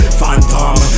phantom